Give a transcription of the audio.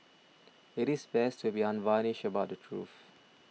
it is best to be unvarnished about the truth